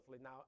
Now